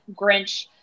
Grinch